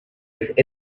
with